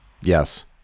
Yes